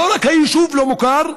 לא רק היישוב לא מוכר,